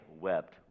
wept